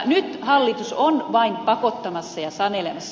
nyt hallitus on vain pakottamassa ja sanelemassa